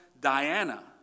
Diana